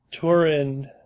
Turin